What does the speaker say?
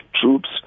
Troops